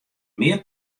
mear